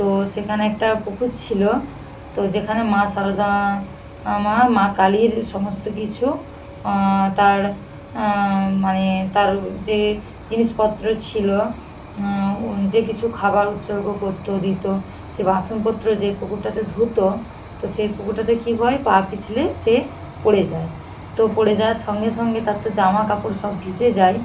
তো সেখানে একটা পুকুর ছিল তো যেখানে মা সারদা মা মা কালীর সমস্ত কিছু তার মানে তার যে জিনিসপত্র ছিল যে কিছু খাবার উৎসর্গ করতো দিত সে বাসনপত্র যে পুকুরটাতে ধুতো তো সেই পুকুরটাতে কী হয় পা পিছলে সে পড়ে যায় তো পড়ে যাওয়ার সঙ্গে সঙ্গে তার তো জামাকাপড় সব ভিজে যায়